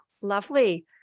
Lovely